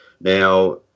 Now